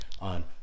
on